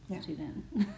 student